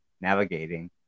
navigating